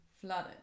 flooded